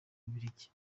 bubiligi